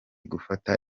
gufata